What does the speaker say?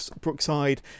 Brookside